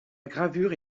gravure